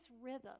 rhythm